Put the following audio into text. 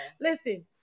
Listen